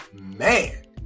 Man